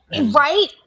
right